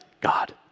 God